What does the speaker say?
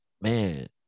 man